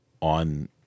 on